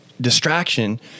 distraction